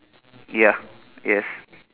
ya yes